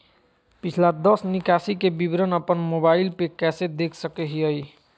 पिछला दस निकासी के विवरण अपन मोबाईल पे कैसे देख सके हियई?